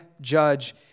judge